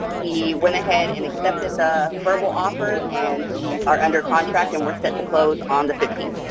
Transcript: he went ahead and accepted the verbal offer and we are under contract and we're set to close on the fifteenth.